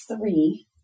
three